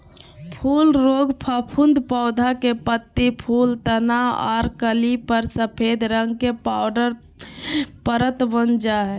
फूल रोग फफूंद पौधा के पत्ती, फूल, तना आर कली पर सफेद रंग के पाउडर परत वन जा हई